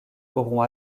auront